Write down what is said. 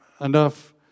enough